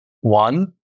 one